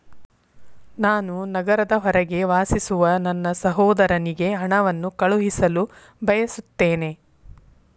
ನಾನು ನಗರದ ಹೊರಗೆ ವಾಸಿಸುವ ನನ್ನ ಸಹೋದರನಿಗೆ ಹಣವನ್ನು ಕಳುಹಿಸಲು ಬಯಸುತ್ತೇನೆ